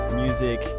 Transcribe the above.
music